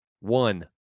One